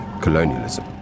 colonialism